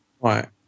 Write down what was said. Right